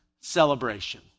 celebration